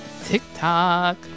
tiktok